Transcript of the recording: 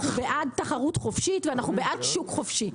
אנחנו בעד תחרות חופשית ואנחנו בעד שוק חופשי.